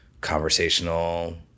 conversational